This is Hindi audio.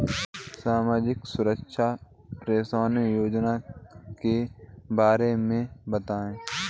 सामाजिक सुरक्षा पेंशन योजना के बारे में बताएँ?